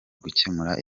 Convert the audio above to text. gukemura